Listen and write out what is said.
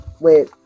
Wait